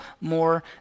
more